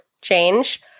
change